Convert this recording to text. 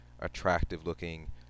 attractive-looking